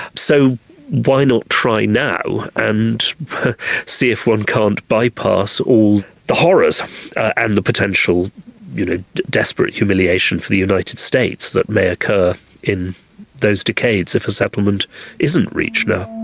so why not try now and see if one can't bypass all the horrors and the potential you know desperate humiliation for the united states that may occur in those decades if a settlement isn't reached now.